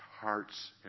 hearts